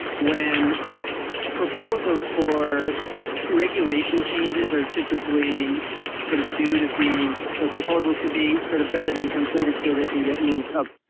when proposals for regulation changes are typically sort of due to be, those proposals to be sort of vetted and completed so they can get moved up,